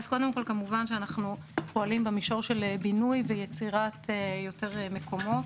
אז קודם כול כמובן שאנחנו פועלים במישור של בינוי ויצירת יותר מקומות.